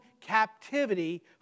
captivity